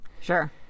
Sure